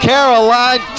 Caroline